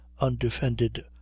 undefended